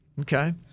Okay